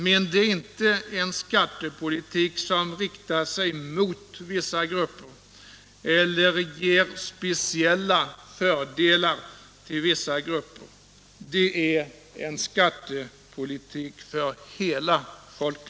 Men det är inte en skattepolitik som riktar sig mot vissa grupper eller ger speciella fördelar till vissa grupper, utan det är en skattepolitik för hela folket.